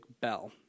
bell